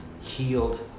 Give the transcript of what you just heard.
healed